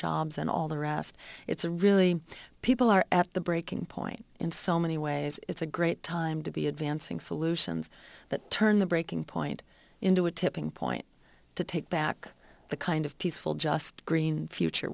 jobs and all the rest it's a really people are at the breaking point in so many ways it's a great time to be advancing solutions that turn the breaking point into a tipping point to take back the kind of peaceful just green future